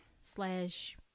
slash